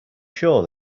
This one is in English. sure